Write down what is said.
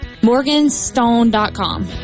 Morganstone.com